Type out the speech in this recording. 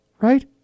right